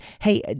Hey